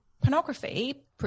pornography